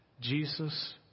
Jesus